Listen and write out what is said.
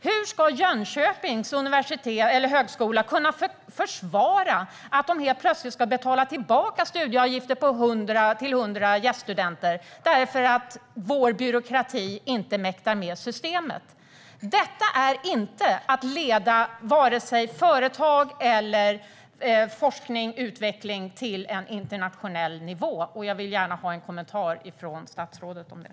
Hur ska Jönköpings högskola kunna försvara att de helt plötsligt ska betala tillbaka studieavgifter till 100 gäststudenter för att vår byråkrati inte mäktar med systemet? Detta är inte att leda vare sig företag eller forskning och utveckling till en internationell nivå. Jag vill gärna ha en kommentar från statsrådet om det.